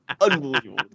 Unbelievable